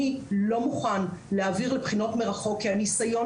אני לא מוכן להעביר לבחינות מרחוק כי הניסיון